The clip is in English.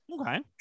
Okay